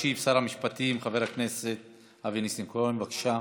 ישיב שר המשפטים חבר הכנסת אבי ניסנקורן, בבקשה.